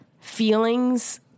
feelings